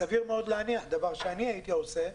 סביר מאוד להניח, דבר שאני הייתי עושה,